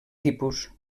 tipus